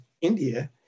India